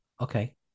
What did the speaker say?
Okay